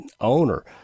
owner